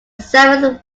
seventh